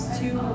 two